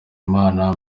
imana